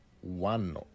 one